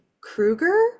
Krueger